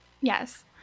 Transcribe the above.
Yes